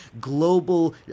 global